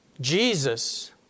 Jesus